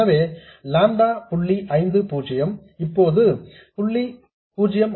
எனவே லாம்டா புள்ளி ஐந்து பூஜ்ஜியம் இப்போது 0